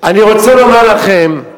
אני רוצה לומר לכם,